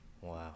Wow